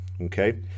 okay